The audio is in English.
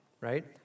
right